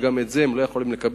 וגם את זה הם לא יכולים לקבל.